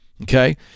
Okay